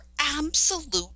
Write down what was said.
absolute